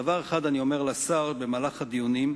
דבר אחד אני אומר לשר במהלך הדיונים: